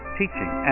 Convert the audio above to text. teaching